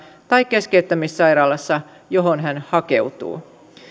tai keskeyttämissairaalassa johon hän hakeutuu